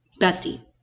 Bestie